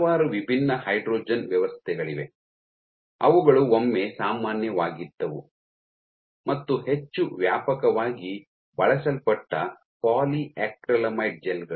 ಹಲವಾರು ವಿಭಿನ್ನ ಹೈಡ್ರೋಜನ್ ವ್ಯವಸ್ಥೆಗಳಿವೆ ಅವುಗಳು ಒಮ್ಮೆ ಸಾಮಾನ್ಯವಾಗಿದ್ದವು ಮತ್ತು ಹೆಚ್ಚು ವ್ಯಾಪಕವಾಗಿ ಬಳಸಲ್ಪಟ್ಟ ಪಾಲಿಯಾಕ್ರಿಲಾಮೈಡ್ ಜೆಲ್ ಗಳು